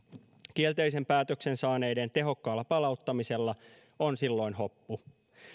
kielteisen päätöksen saaneiden tehokkaalla palauttamisella on silloin hoppu